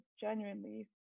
genuinely